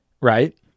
Right